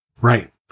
Right